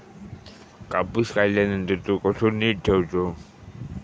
कापूस काढल्यानंतर तो कसो नीट ठेवूचो?